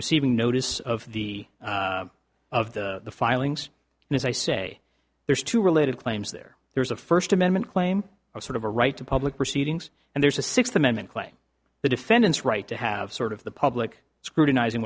receiving notice of the of the filings and as i say there's two related claims there there's a first amendment claim a sort of a right to public proceedings and there's a sixth amendment claim the defendant's right to have sort of the public scrutinizing